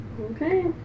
Okay